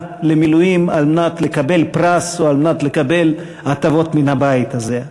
למילואים על מנת לקבל פרס או על מנת לקבל הטבות מן הבית הזה.